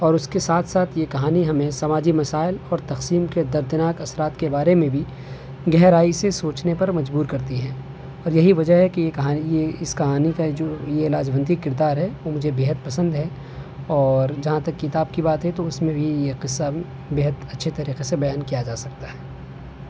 اور اس کے ساتھ ساتھ یہ کہانی ہمیں سماجی مسائل اور تقسیم کے دردناک اثرات کے بارے میں بھی گہرائی سے سوچنے پر مجبور کرتی ہیں اور یہی وجہ ہے کہ یہ کہانی یہ اس کہانی کا جو یہ لاجونتی کردار ہے وہ مجھے بےحد پسند ہے اور جہاں تک کتاب کی بات ہے تو اس میں بھی یہ قصہ بےحد اچھے طریقے سے بیان کیا جا سکتا ہے